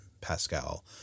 Pascal